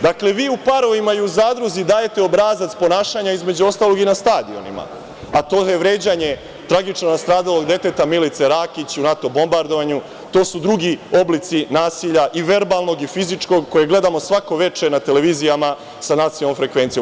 Dakle, vi u „Parovima“ i „Zadruzi“ dajete obrazac ponašanja, između ostalog i na stadionima, a to je vređanje tragično nastradalog deteta Milice Rakić u NATO bombardovanju, to su drugi oblici nasilja i verbalnog i fizičkog, koje gledamo svako veče na televizijama sa nacionalnom frekvencijom.